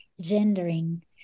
gendering